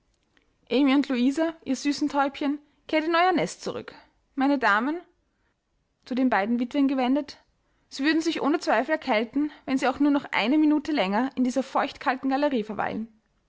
louisa ihr süßen täubchen kehrt in euer nest zurück meine damen zu den beiden witwen gewendet sie würden sich ohne zweifel erkälten wenn sie auch nur noch eine minute länger in dieser feuchtkalten galerie verweilen